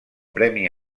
premi